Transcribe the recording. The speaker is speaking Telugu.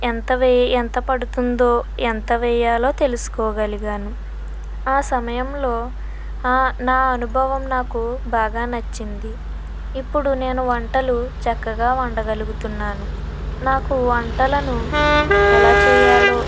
ఎంత వేయా పడుతుందో ఎంత వేయాలో తెలుసుకోగలిగాను ఆ సమయంలోనా నా అనుభవం నాకు బాగా నచ్చింది ఇప్పుడు నేను వంటలు చక్కగా వండగలుగుతున్నాను నాకు వంటలను ఎలా చేయాలో